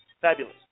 fabulous